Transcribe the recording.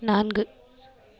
நான்கு